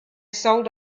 sold